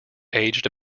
aged